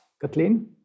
Kathleen